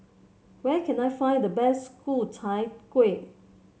where can I find the best Ku Chai Kueh